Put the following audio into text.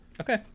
Okay